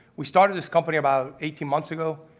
we started this company about eighteen months ago.